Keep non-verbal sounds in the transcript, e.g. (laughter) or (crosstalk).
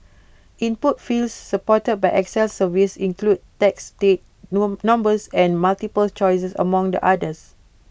input fields supported by excel surveys include text date (hesitation) numbers and multiple choices among the others